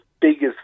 biggest